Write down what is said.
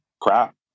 crap